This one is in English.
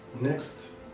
next